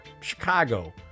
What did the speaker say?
chicago